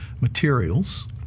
materials